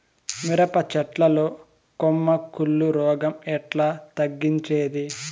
మిరప చెట్ల లో కొమ్మ కుళ్ళు రోగం ఎట్లా తగ్గించేది?